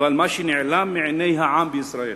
אבל מה שנעלם מעיני העם בישראל